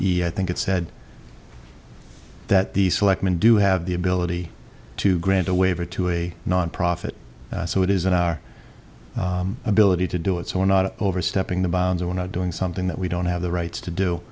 yeah i think it said that the selectmen do have the ability to grant a waiver to a nonprofit so it isn't our ability to do it so we're not overstepping the bounds or we're not doing something that we don't have the rights to